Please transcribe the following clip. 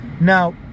Now